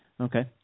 Okay